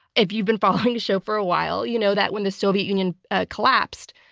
if you've been following the show for a while, you know that when the soviet union ah collapsed,